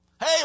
Hey